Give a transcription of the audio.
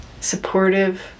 supportive